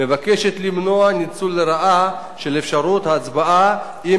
מבקשת למנוע ניצול לרעה של אפשרות ההצבעה עם